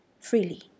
freely